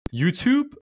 youtube